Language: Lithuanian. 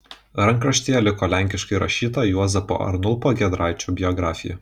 rankraštyje liko lenkiškai rašyta juozapo arnulpo giedraičio biografija